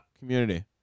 community